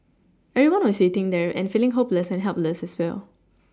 everyone was waiting there and feeling hopeless and helpless as well